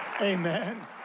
Amen